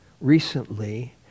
recently